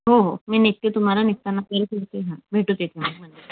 हो हो मी निघते तुम्हाला निघतांनी कॉल करते भेटू स्टेशन वर